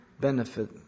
benefit